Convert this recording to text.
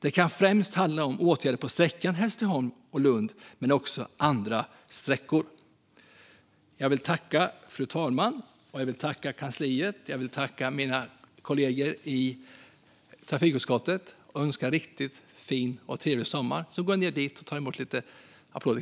Det handlar främst om åtgärder på sträckan mellan Hässleholm och Lund men också på andra sträckor. Jag tackar fru talmannen, kansliet och kollegorna i trafikutskottet och önskar trevlig sommar.